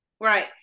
Right